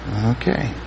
Okay